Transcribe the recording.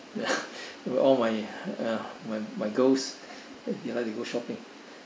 well all my uh my my girls they like to go shopping